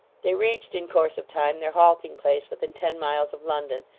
they reached, in course of time, their halting-place within ten miles of london,